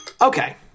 Okay